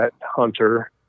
hunter